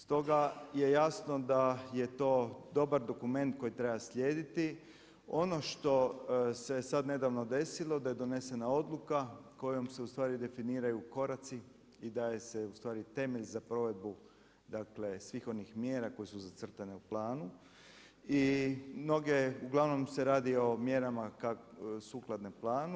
Stoga je jasno da je to dobar dokument koji treba slijediti, ono što se sad nedavno desilo da je donesena odluka kojom se ustvari definiraju koraci i daje se u stvari temelj za provedbu dakle, svih onih mjera koje su zacrtane u planu, i mnoge, uglavnom se radi o mjerama sukladne planu.